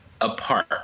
apart